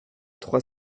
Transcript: trois